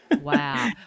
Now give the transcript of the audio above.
Wow